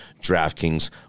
DraftKings